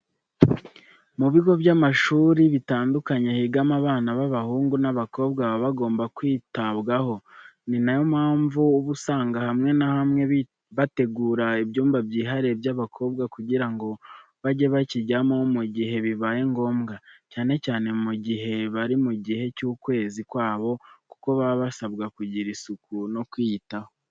Mu bigo by'amashuri bitandukanye higamo abana b'abahungu n'abakobwa baba bagomba kwitabwaho, ni na yo mpamvu uba usanga hamwe na hamwe bategura ibyumba byihariye by'abakobwa kugira ngo bajye bakijyamo mu gihe bibaye ngombwa, cyane cyane mu gihe bari mu gihe cy'ukwezi kwabo kuko baba basabwa kugira isuku no kwiyitaho.